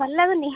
ଭଲ ଲାଗୁନି